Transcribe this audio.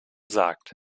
sagt